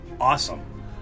awesome